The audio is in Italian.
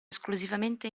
esclusivamente